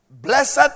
Blessed